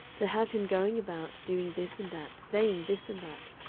to have him going about, doing this and that, saying this and that,